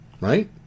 Right